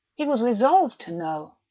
he was resolved to know.